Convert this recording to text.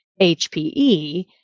HPE